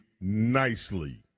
nicely